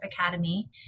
Academy